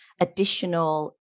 additional